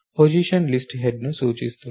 position list head ని సూచిస్తుంది